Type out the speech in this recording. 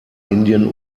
indien